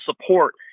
support